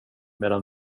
medan